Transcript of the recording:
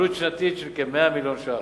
עלות שנתית של כ-100 מיליון ש"ח.